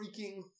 freaking